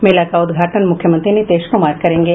मेला का उद्घाटन मुख्यमंत्री नीतीश कुमार करेंगे